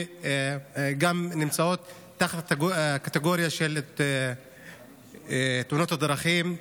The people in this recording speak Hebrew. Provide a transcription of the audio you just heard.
שנמצאות תחת הקטגוריה של תאונות הדרכים.